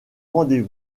rendez